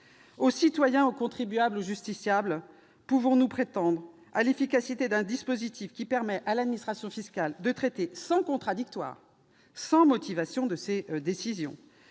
aux citoyens, contribuables et justiciables, pouvons-nous prétendre à l'efficacité d'un dispositif permettant à l'administration fiscale de traiter certains dossiers, sans contradictoire, sans motivation des décisions